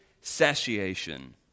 satiation